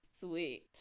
Sweet